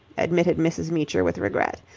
admitted mrs. meecher with regret.